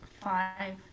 five